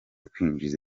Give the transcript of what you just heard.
kwinjiza